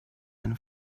eine